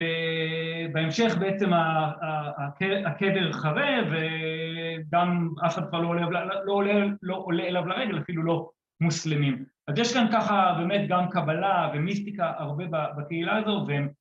‫בהמשך בעצם הקבר חרב, ‫וגם אף אחד כבר לא עולה אליו לרגל, ‫כאילו לא מוסלמים. ‫אז יש כאן ככה באמת גם קבלה ‫ומיסטיקה הרבה בקהילה הזו,